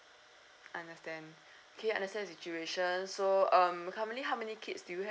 understand okay I understand your situation so um currently how many kids do you have